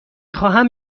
خواهم